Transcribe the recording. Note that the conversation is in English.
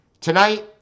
Tonight